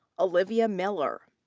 olivia miller.